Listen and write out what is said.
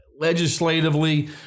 legislatively